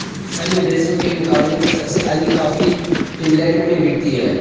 अन्य देशों के मुकाबले में सबसे अधिक कॉफी फिनलैंड में बिकती है